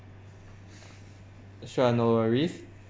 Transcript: sure no worries